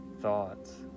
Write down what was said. thoughts